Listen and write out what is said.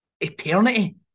eternity